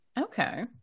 Okay